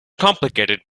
complicated